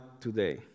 today